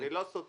אני לא סותר.